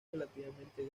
relativamente